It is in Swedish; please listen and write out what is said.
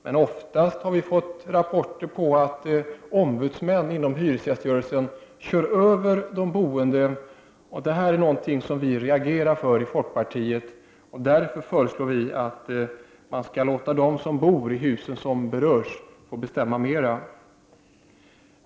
Men oftast har vi fått rapporter om att ombudsmännen inom hyresgäströrelsen kör över de boende, och det är något som vi i folkpartiet reagerar emot. Vi föreslår därför att man låter dem som bor i de berörda husen bestämma mera.